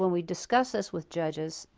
we discuss this with judges,